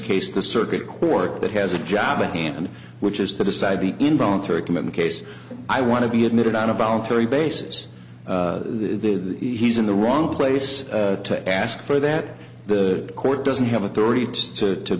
case the circuit court that has a job at hand which is the decide the involuntary commitment case i want to be admitted on a voluntary basis the he's in the wrong place to ask for that the court doesn't have authority to